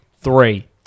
Three